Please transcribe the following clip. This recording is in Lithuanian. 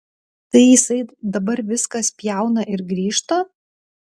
tai jisai dabar viską spjauna ir grįžta